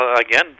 again